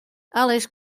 alice